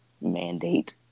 mandate